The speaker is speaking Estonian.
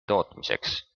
tootmiseks